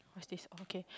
what's this oh okay